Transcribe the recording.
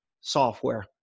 software